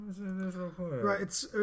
right